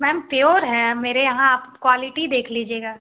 ma'am pure है मेरे यहाँ आप क्वालिटी देख लीजिएगा